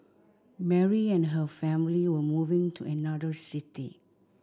Mary and her family were moving to another city